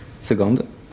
Second